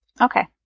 Okay